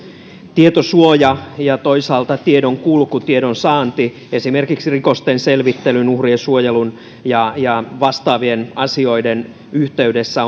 tietosuoja ja toisaalta tiedonkulku tiedonsaanti esimerkiksi rikosten selvittelyn uhrien suojelun ja ja vastaavien asioiden yhteydessä